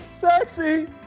Sexy